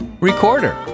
recorder